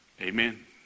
Amen